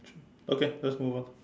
okay let's move on